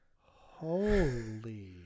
Holy